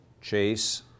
Chase